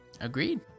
Agreed